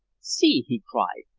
see! he cried,